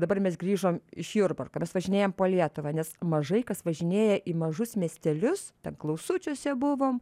dabar mes grįžom iš jurbarko mes važinėjam po lietuvą nes mažai kas važinėja į mažus miestelius klausučiuose buvom